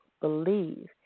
believe